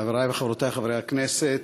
חברי וחברותי חברי הכנסת,